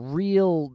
real